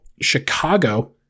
Chicago